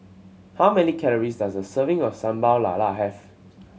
how many calories does a serving of Sambal Lala have